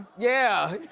yeah.